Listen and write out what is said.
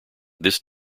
this